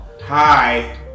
Hi